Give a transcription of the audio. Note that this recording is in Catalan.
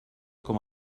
com